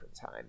time